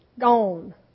Gone